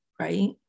right